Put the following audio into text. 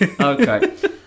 Okay